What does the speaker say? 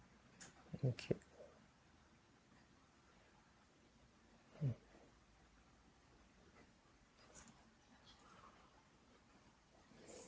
okay hmm